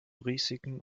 risiken